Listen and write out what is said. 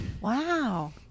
Wow